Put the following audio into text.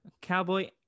Cowboy